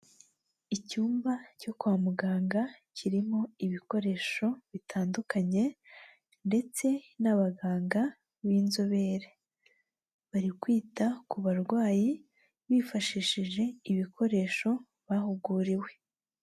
Icyumba cyo kwa muganga kirimo ibikoresho bitandukanye ndetse n'abaganga b'inzobere, bari kwita ku barwayi bifashishije ibikoresho bahuguriwe.